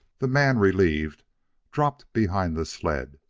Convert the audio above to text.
the man relieved dropped behind the sled,